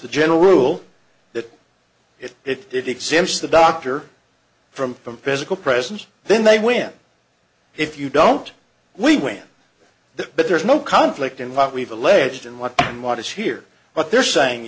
the general rule that if it exempts the doctor from the physical presence then they win if you don't we win that but there's no conflict in what we've alleged and what and what is here what they're saying